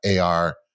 AR